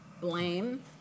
blame